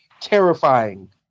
terrifying